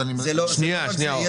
אז אני --- זה לא רק זה.